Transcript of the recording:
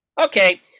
Okay